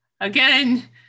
again